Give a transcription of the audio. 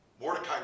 Mordecai